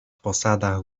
posadach